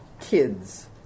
kids